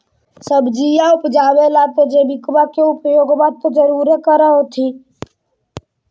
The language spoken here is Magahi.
सब्जिया उपजाबे ला तो जैबिकबा के उपयोग्बा तो जरुरे कर होथिं?